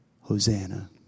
Hosanna